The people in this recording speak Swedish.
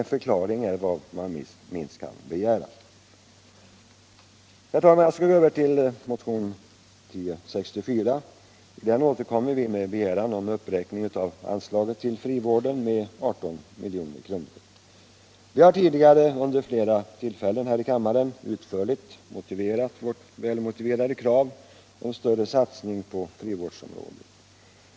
En förklaring på den punkten är det minsta man kan begära. Låt mig så gå över till motionen 1064. I den återkommer vi från vpk med begäran om uppräkning av anslaget till frivården med 18 milj.kr. Vi har tidigare vid flera tillfällen här i kammaren utförligt motiverat vårt välgrundade krav på större satsning på frivårdsområdet.